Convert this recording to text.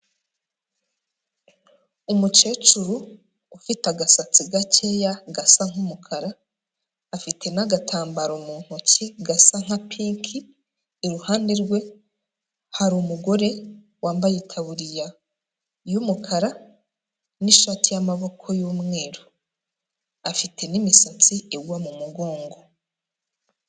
Umukecuru ufite agasatsi gakeya gasa nk'umukara, afite n'agatambaro mu ntoki gasa nka pinki, iruhande rwe hari umugore wambaye itaburiya y'umukara n'ishati y'amaboko y'umweru, afite n'imisatsi igwa mu mugongo.